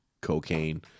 cocaine